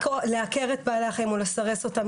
לעקר את בעלי החיים או לסרס אותם,